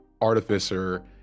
Artificer